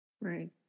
Right